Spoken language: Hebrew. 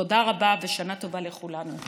תודה רבה ושנה טובה לכולנו.